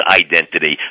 identity